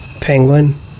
Penguin